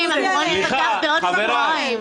הם מכניסים את זה לתוך החינוך המיוחד,